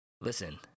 Listen